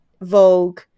vogue